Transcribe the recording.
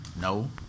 No